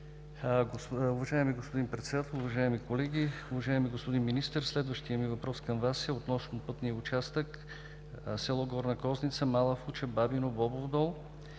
Уважаеми господин Председател, уважаеми колеги! Уважаеми господин Министър, следващият ми въпрос към Вас е относно пътния участък село Горна Козница-Мала Фуча-Бабино-Бобов дол,